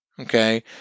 okay